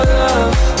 love